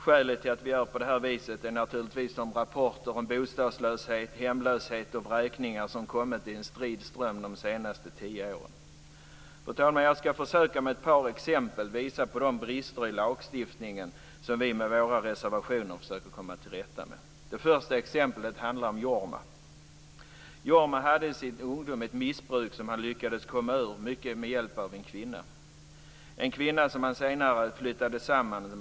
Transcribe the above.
Skälet till att vi gör på det viset är naturligtvis de rapporter om bostadslöshet, hemlöshet och vräkningar som kommit i en strid ström de senaste tio åren. Fru talman! Jag ska försöka att med ett par exempel visa på de brister i lagstiftningen som vi med våra reservationer försöker komma till rätta med. Det första exemplet handlar om Jorma. Jorma hade i sin ungdom ett missbruk som han lyckades komma ur, mycket med hjälp av en kvinna som han senare flyttade samman med.